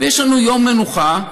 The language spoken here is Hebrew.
יש לנו יום מנוחה,